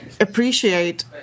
appreciate